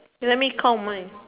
let me call mine